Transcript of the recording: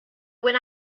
when